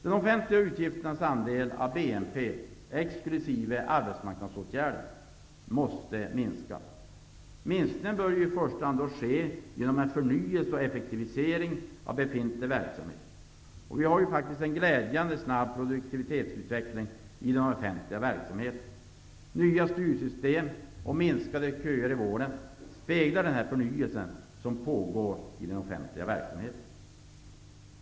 De offentliga utgifternas andel av bruttonationalprodukten, exklusive arbetsmarknadsåtgärder, måste minska. Minskningen bör i första hand ske genom en förnyelse och effektivisering av befintlig verksamhet. Vi har i dag en glädjande snabb produktivitetsutveckling i de offentliga verksamheterna. Nya styrsystem och minskade köer i vården speglar den förnyelse som pågår av den offentliga verksamheten.